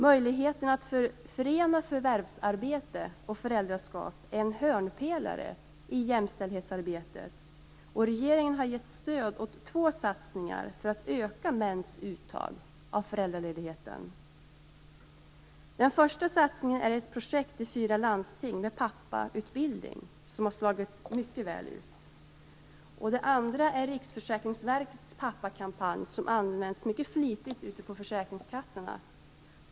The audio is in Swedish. Möjligheten att förena förvärvsarbete och föräldraskap är en hörnpelare i jämställdhetsarbetet, och regeringen har gett stöd åt två satsningar för att öka mäns uttag av föräldraledigheten. Den första satsningen är ett projekt i fyra landsting med pappautbildning, som har slagit mycket väl ut. Den andra är Riksförsäkringsverkets pappakampanj, som används mycket flitigt ute på försäkringskassorna.